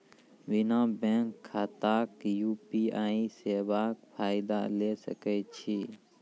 बिना बैंक खाताक यु.पी.आई सेवाक फायदा ले सकै छी?